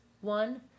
One